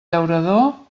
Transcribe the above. llaurador